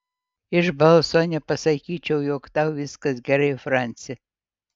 iš balso nepasakyčiau jog tau viskas gerai franci